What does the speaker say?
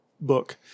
book